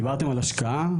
דיברתם על השקעה,